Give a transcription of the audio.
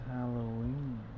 Halloween